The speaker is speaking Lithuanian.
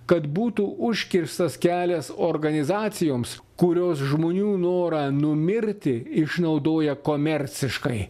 kad būtų užkirstas kelias organizacijoms kurios žmonių norą numirti išnaudoja komerciškai